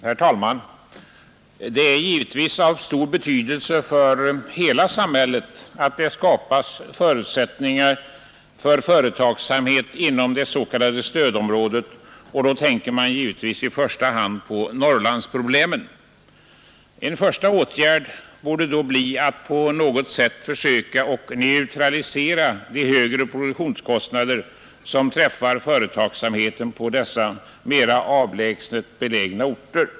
Herr talman! Det är givetvis av stor betydelse för hela samhället att det skapas förutsättningar för företagsamhet inom det s.k. stödområdet, och då tänker man givetvis i första hand på Norrlandsproblemen. En första åtgärd borde då bli att på något sätt försöka neutralisera de högre produktionskostnader som träffar företagsamheten på dessa mera avlägset belägna orter.